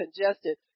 congested